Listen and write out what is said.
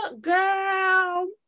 girl